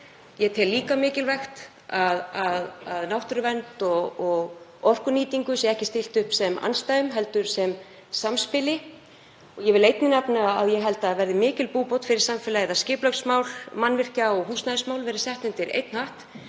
Ég tel líka mikilvægt að náttúruvernd og orkunýtingu sé ekki stillt upp sem andstæðum heldur sem samspili. Ég vil einnig nefna að ég held að það verði mikil búbót fyrir samfélagið að skipulags-, mannvirkja- og húsnæðismál verði sett undir einn hatt.